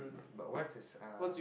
is it but what's the uh